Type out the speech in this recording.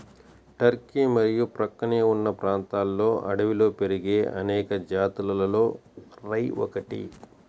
Turkey మరియు ప్రక్కనే ఉన్న ప్రాంతాలలో అడవిలో పెరిగే అనేక జాతులలో రై ఒకటి